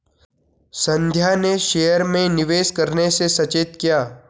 संध्या ने शेयर में निवेश करने से सचेत किया